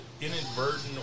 inadvertent